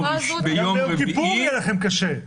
כל התקופה הזאת --- גם ביום כיפור יהיה לכם קשה.